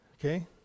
Okay